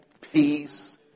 peace